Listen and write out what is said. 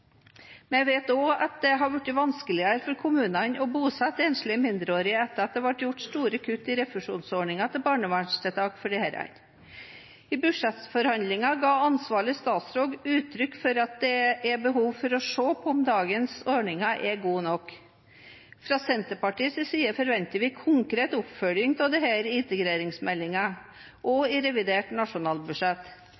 Vi vet også at det er blitt vanskeligere for kommunene å bosette enslige mindreårige etter at det ble gjort store kutt i refusjonsordningen til barnevernstiltak for disse. I budsjettbehandlingen ga ansvarlig statsråd uttrykk for at det er behov for å se på om dagens ordninger er gode nok. Fra Senterpartiets side forventer vi konkret oppfølging av dette i integreringsmeldingen og